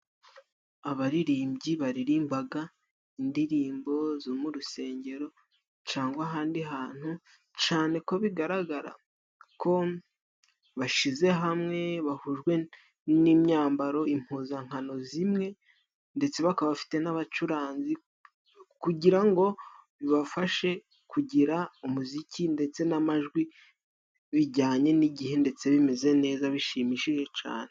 Abaririmbyi baririmbaga indirimbo zo mu rusengero, cangwa ahandi hantu cane ko bigaragara ko bashize hamwe, bahujwe n'imyambaro, impuzankano zimwe ndetse bakaba bafite n'abacuranzi, kugira ngo bibafashe kugira umuziki ndetse, n'amajwi bijyanye n'igihe ndetse bimeze neza bishimishije cyane.